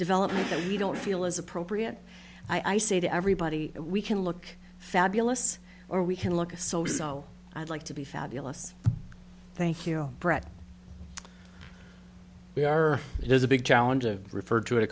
development that we don't feel is appropriate i say to everybody we can look fabulous or we can look a so so i'd like to be fabulous thank you brett we are there's a big challenge of refer to it a